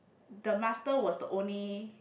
the master was the only